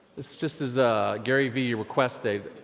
this just is a gary v request day.